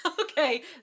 Okay